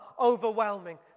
overwhelming